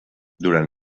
durant